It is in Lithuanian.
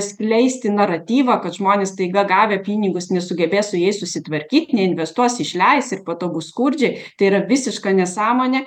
skleisti naratyvą kad žmonės staiga gavę pinigus nesugebės su jais susitvarkyti neinvestuos išleisi ir po to bus skurdžiai tai yra visiška nesąmonė